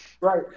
Right